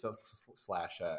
slash –